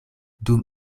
dum